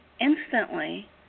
instantly